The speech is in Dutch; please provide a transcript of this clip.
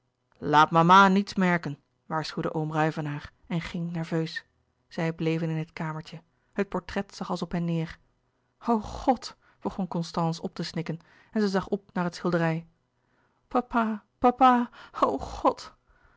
mama niets merken waarschuwde oom ruyvenaer en ging nerveus zij bleven in het kamertje het portret zag als op hen neêr o god begon constance op te snikken en zij zag op naar het schilderij papa papa o god